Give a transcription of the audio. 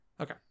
okay